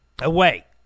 away